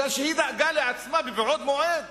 מפני שהיא דאגה לעצמה מבעוד מועד